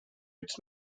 its